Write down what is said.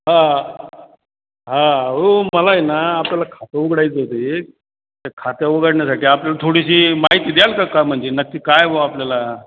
हां हां हो मला आहे ना आपल्याला खाते उघडायचे होते ते खाते उघाडण्यासाठी आपल्याला थोडीशी माहिती द्याल का का म्हणजे नक्की काय बुवा आपल्याला